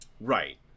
Right